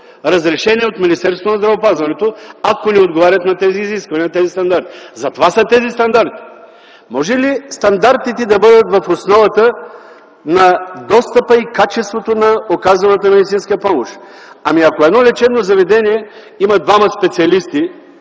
Министерството на здравеопазването, ако не отговарят на тези изисквания на тези стандарти. Затова са тези стандарти. Може ли стандартите да бъдат в основата на достъпа и качеството на оказваната медицинска помощ? Ако едно лечебно заведение има двама специалисти